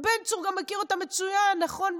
שגם בן צור מכיר אותם מצוין, נכון?